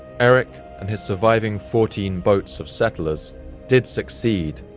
erik and his surviving fourteen boats of settlers did succeed.